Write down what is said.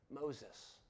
Moses